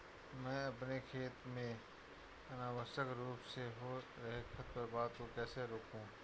मैं अपने खेत में अनावश्यक रूप से हो रहे खरपतवार को कैसे रोकूं?